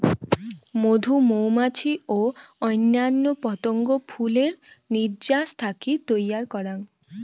মধু মৌমাছি ও অইন্যান্য পতঙ্গ ফুলের নির্যাস থাকি তৈয়ার করাং